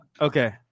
Okay